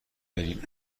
برین